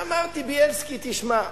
ואמרתי: בילסקי, תשמע,